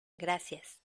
gracias